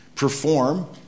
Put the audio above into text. Perform